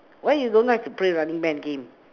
why you don't like to play running man game